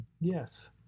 Yes